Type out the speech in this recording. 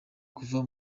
kuva